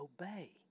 obey